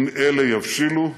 אם אלה יבשילו,